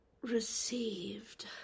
received